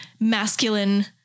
masculine